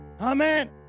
Amen